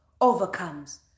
overcomes